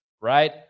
Right